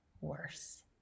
worse